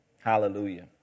Hallelujah